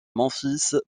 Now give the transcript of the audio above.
memphis